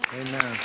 amen